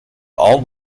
all